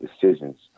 decisions